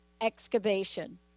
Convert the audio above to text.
excavation